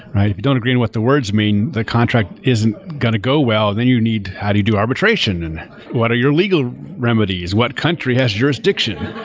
you don't agree in what the words mean, the contract isn't going to go well. then you need how do you do arbitration and what are your legal remedies? what country has jurisdiction?